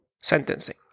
sentencing